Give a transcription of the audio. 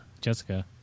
Jessica